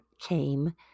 came